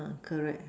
correct